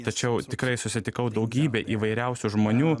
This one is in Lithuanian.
tačiau tikrai susitikau daugybę įvairiausių žmonių